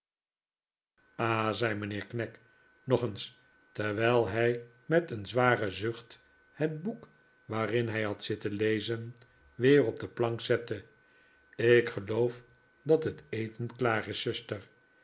ah zei mijnheer knag nogeens terwijl hij met een zwaren zucht het boek waarin hij had zitten lezen weer op de plank zette ik geloof dat het eten klaar is zuster